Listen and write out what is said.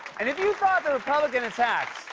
you thought the republican attacks